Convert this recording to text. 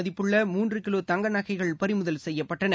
மதிப்புள்ள மூன்றுகிலோதங்கநகைகள் பறிமுதல் செய்யப்பட்டன